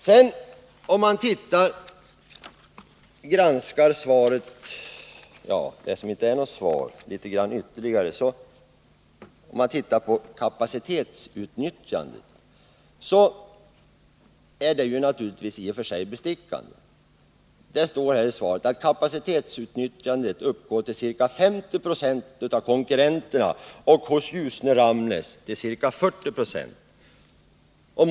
Om vi ytterligare granskar svaret — som egentligen inte är något svar — finner vi att kapacitetsutnyttjandet i och för sig är bestickande: ”Kapacitets 153 utnyttjandet uppgår till ca 50 96 hos konkurrenterna och hos Ljusne-Ramnäs till ca 40 20.